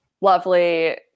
lovely